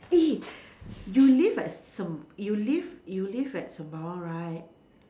eh you live at S~ Sem~ you live you live at Sembawang right